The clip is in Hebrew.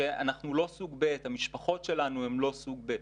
שאנחנו לא סוג ב', המשפחות שלנו הן לא סוג ב'.